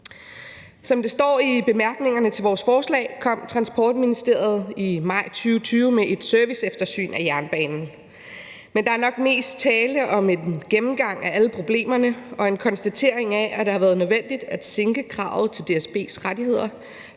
Som det står i bemærkningerne til vores forslag, kom Transportministeriet i maj 2020 med et serviceeftersyn af jernbanen, men der er nok mest tale om en gennemgang af alle problemerne og en konstatering af, at det har været nødvendigt at sænke kravet til DSB's rettigheder